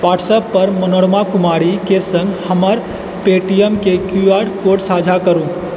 व्हाट्सएपपर मनोरमा कुमारीके सङ्ग हमर पेटीएमके क्यू आर कोड साझा करू